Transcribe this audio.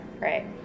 Right